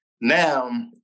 Now